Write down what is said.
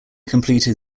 completed